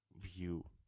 view